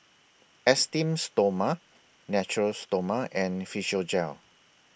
Esteem Stoma Natura Stoma and Physiogel